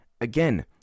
Again